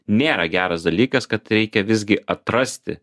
nėra geras dalykas kad reikia visgi atrasti